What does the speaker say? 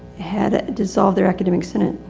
had ah dissolved their academic senate,